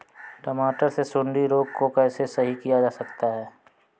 टमाटर से सुंडी रोग को कैसे सही किया जा सकता है?